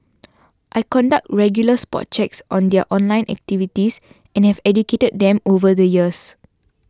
I conduct regular spot checks on their online activities and have educated them over the years